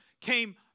came